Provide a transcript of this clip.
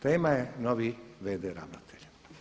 Tema je novi VD ravnatelj.